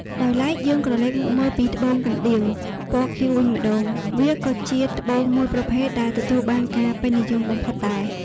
ដោយឡែកយើងក្រឡេកមកមើលពីត្បូងត្បូងកណ្ដៀង ពណ៌ខៀវ វិញម្តង វាក៏ជាត្បូងមួយប្រភេទដែលទទួលបានការពេញនិយមបំផុតដែរ។